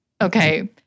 okay